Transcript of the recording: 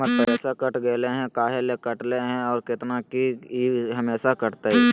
हमर पैसा कट गेलै हैं, काहे ले काटले है और कितना, की ई हमेसा कटतय?